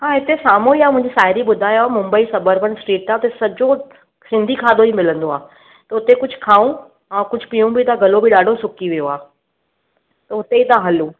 हा हिते साम्हूं ई आहे मुंहिंजी साहेड़ी ॿुधायो आहे मुम्बई सबर्बन स्टेट आहे हुते सॼो सिंधी खाधो ई मिलंदो आहे त हुते कुझु खाऊं ऐं कुझु पीऊं बि था गलो बि ॾाढो सुकी वियो आहे त हुते ई था हलूं